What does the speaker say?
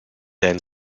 denn